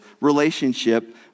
relationship